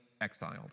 exiled